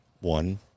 One